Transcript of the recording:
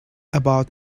about